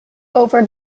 over